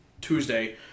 Tuesday